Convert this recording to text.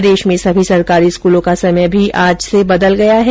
प्रदेश में सभी सरकारी स्कूलों का समय भी आज से बदल गया है